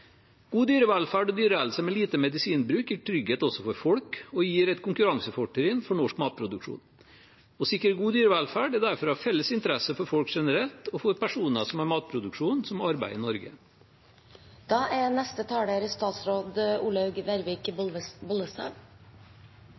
God dyrevelferd og dyrehelse med lite medisinbruk gir trygghet også for folk, og det gir et konkurransefortrinn for norsk matproduksjon. Å sikre god dyrevelferd er derfor av felles interesse for folk generelt og for personer som har matproduksjon som arbeid i Norge. Matproduksjon og husdyrhold er